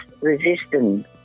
resistant